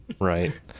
Right